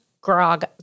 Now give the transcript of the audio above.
Grog